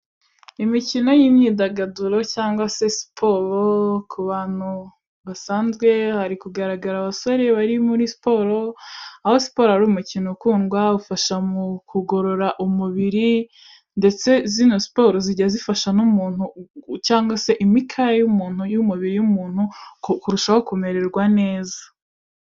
Imikino y'imyidagaduro cyangwa se siporo ku bantu basanzwe, hari kugaragara abasore bari muri siporo aho siporo ari umukino ukundwa ufasha mu kugorora umubiri ndetse zino siporo zijya zifasha n'umuntu cyangwa se imikaya y'umuntu y'umubiri w'umuntu kurushaho kumererwa neza.